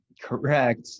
correct